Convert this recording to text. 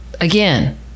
again